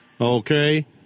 Okay